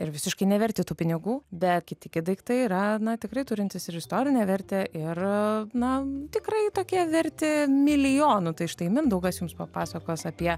ir visiškai neverti tų pinigų bet kiti daiktai yra tikri turintys ir istorinę vertę ir na tikrai tokie verti milijonų tai štai mindaugas jums papasakos apie